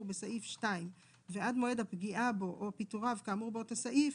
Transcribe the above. בסעיף 2 ועד מועד הפגיעה בו או פיטוריו כאמור באותו סעיף,